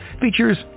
features